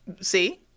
See